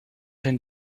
zijn